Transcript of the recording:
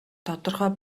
тодорхой